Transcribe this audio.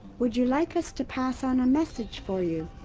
would you like us to pass on a message for you?